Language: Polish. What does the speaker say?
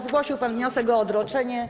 Ale zgłosił pan wniosek o odroczenie.